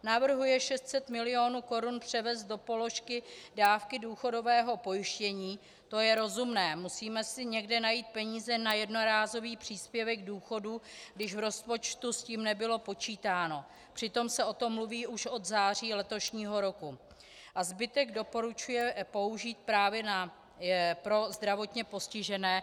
Navrhuje 600 mil. korun převést do položky dávky důchodového pojištění to je rozumné, musíme si někde najít peníze na jednorázový příspěvek k důchodu, když v rozpočtu s tím nebylo počítáno, přitom se o tom mluví už od září letošního roku a zbytek doporučuje použít právě pro zdravotně postižené.